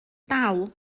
dal